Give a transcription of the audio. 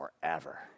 forever